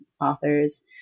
authors